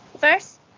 first